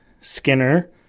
Skinner